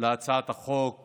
להצעת החוק